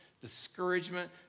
discouragement